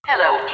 Hello